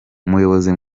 umuyobozi